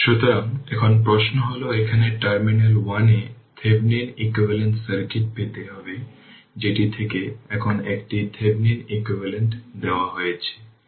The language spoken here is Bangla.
সুতরাং এটি শুধুমাত্র I0 20 অ্যাম্পিয়ার তৈরি করেছে এবং এটি একটি v0 তৈরি করেছে যা 60 V